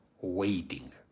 Waiting